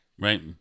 Right